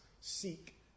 seek